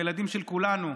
הילדים של כולנו,